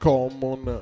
Common